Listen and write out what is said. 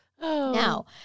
Now